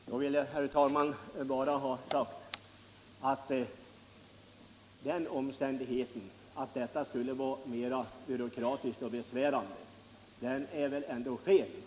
Herr talman! Efter det sista inlägget av herr Wärnberg vill jag bara ha sagt det att detta skulle vara mera byråkratiskt och besvärande väl ändå är felaktigt.